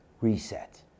Reset